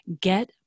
get